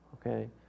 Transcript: Okay